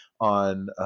on